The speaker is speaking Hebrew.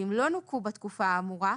ואם לא נוכו בתקופה האמורה,